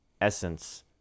essence